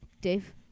Dave